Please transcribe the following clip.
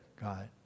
God